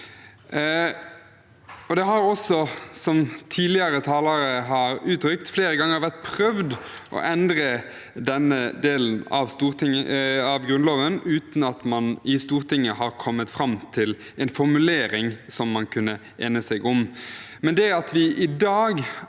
Det har også – som tidligere talere har uttrykt – flere ganger vært prøvd å endre denne delen av Grunnloven, uten at man i Stortinget har kommet fram til en formulering man kunne enes om. Det at vi i dag